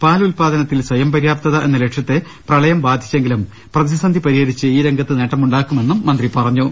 പാൽ ഉല്പാദനത്തിൽ സ്വയം പര്യാപ്തത എന്നു ലക്ഷ്യത്തെ പ്രളയം ബാധിച്ചെങ്കിലും പ്രതിസന്ധി പ രിഹരിച്ചു ഈ രംഗത്ത് നേട്ടമുണ്ടാക്കുമെന്ന് മന്ത്രി പറഞ്ഞു